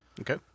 okay